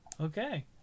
Okay